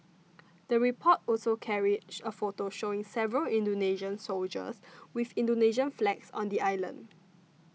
the report also carried a photo showing several Indonesian soldiers with Indonesian flags on the island